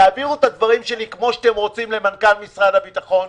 תעבירו את הדברים שלי כמו שאתם רוצים למנכ"ל משרד הביטחון.